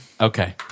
Okay